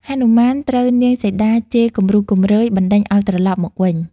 ហនុមានត្រូវនាងសីតាជេរគំរោះគំរើយបណ្តេញឱ្យត្រឡប់មកវិញ។